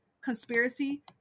conspiracy